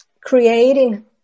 creating